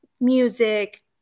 music